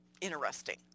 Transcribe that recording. interesting